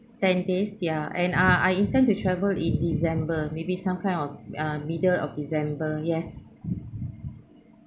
ten days ya and ah I intend to travel in december maybe some kind of ah middle of december yes